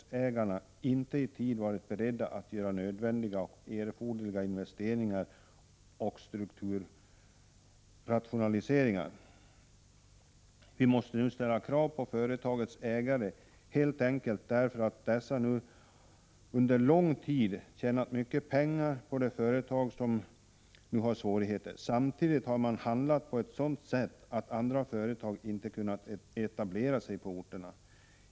1985/86:104 na inte i tid varit beredda att göra nödvändiga investeringar och erforderliga — 1 april 1986 strukturrationaliseringar. Vi måste nu ställa krav på företagens ägare, helt AN Om befolkningsenkelt därför att dessa under lång tid tjänat mycket pengar på de företag som fö KrinEs i js ” utvecklingen nu har svårigheter. Samtidigt har de handlat på ett sådant sätt att andra =.= iskogslänen företag inte utan svårighet kunnat etablera sig på orterna.